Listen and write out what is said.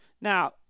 Now